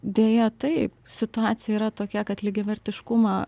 deja taip situacija yra tokia kad lygiavertiškumą